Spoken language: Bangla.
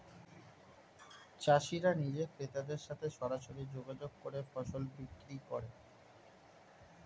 চাষিরা নিজে ক্রেতাদের সাথে সরাসরি যোগাযোগ করে ফসল বিক্রি করে